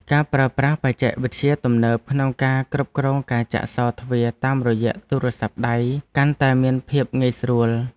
ការប្រើប្រាស់បច្ចេកវិទ្យាទំនើបក្នុងការគ្រប់គ្រងការចាក់សោរទ្វារតាមរយៈទូរស័ព្ទដៃកាន់តែមានភាពងាយស្រួល។